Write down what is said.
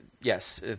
yes